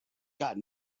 got